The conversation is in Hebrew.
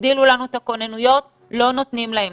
תגדילו לנו את הכוננויות לא נותנים להם.